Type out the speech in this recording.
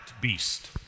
beast